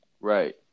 right